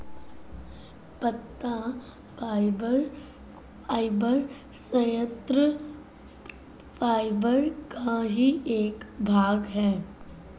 पत्ता फाइबर संयंत्र फाइबर का ही एक भाग है